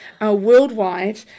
worldwide